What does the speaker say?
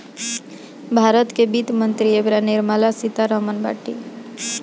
भारत के वित्त मंत्री एबेरा निर्मला सीता रमण बाटी